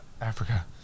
Africa